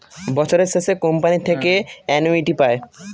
বছরের শেষে কোম্পানি থেকে অ্যানুইটি পায়